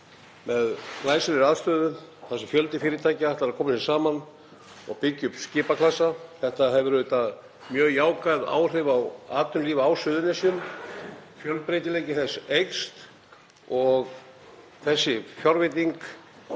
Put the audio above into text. með glæsilegri aðstöðu þar sem fjöldi fyrirtækja ætlar að koma saman og byggja upp skipaklasa. Þetta hefur auðvitað mjög jákvæð áhrif á atvinnulíf á Suðurnesjum. Fjölbreytileiki þess eykst og þessi fjárveiting